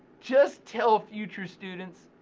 just tell future students